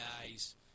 guys